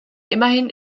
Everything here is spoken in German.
immerhin